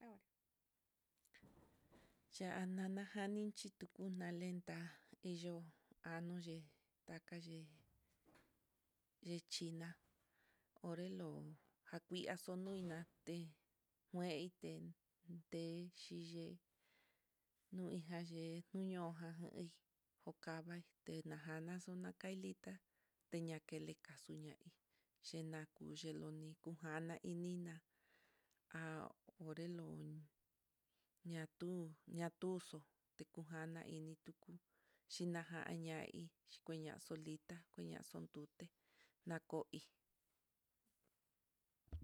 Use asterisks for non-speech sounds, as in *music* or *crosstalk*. Ya'á nana janinchí, tikunentá iyo anoyé takaye, yee xhina koilo jakiraxo kuina ké, kueiden té xhiyee nuija yee nuñoja jan hí okavai té najaxna takaili tá telakeñe kaxu ñai yenoxo c *hesitation* ni lujana nina há orenlon, ñatu ñatuxo tekujana ini tu xhiñaja ñahí, xhikuña solita kuña xonduté nakoi.